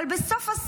אבל בסוף הסרט,